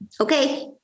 Okay